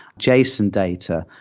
json data,